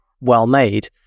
well-made